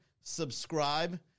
Subscribe